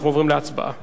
התשע"ב